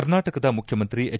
ಕರ್ನಾಟಕದ ಮುಖ್ಚಿಮಂತ್ರಿ ಎಚ್